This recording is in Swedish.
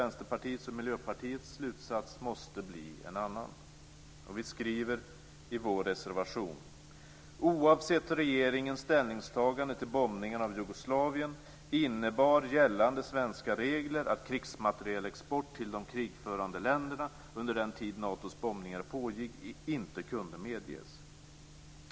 Vänsterpartiets och Miljöpartiets, slutsats måste bli en annan. Vi skriver i vår reservation: "Oavsett regeringens ställningstagande till bombningarna av Jugoslavien innebar ... gällande svenska regler att krigsmaterielexport till de krigförande länderna under den tid Natos bombningar pågick inte kunde medges.